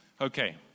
Okay